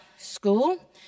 school